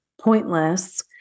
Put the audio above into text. pointless